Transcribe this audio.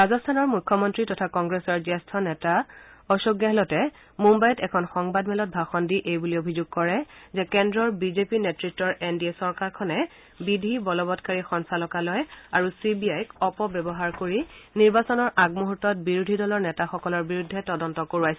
ৰাজস্থানৰ মুখ্যমন্ত্ৰী তথা কংগ্ৰেছৰ জ্যেষ্ঠ নেতা তথা অশোক গেহলটে মুম্বাইত এখন সংবাদমেলত ভাষণ দি এইবুলি অভিযোগ কৰে যে কেন্দ্ৰৰ বিজেপি নেতত্তৰ এন ডি এ চৰকাৰখনে বিধিবলবৎকাৰী সঞ্চালকালয় আৰু চি বি আইক অপব্যৱহাৰ কৰি নিৰ্বাচনৰ আগমুহূৰ্তত বিৰোধী দলৰ নেতাসকলৰ বিৰুদ্ধে তদন্ত কৰোৱাইছে